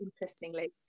interestingly